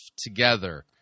together